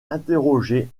interrogé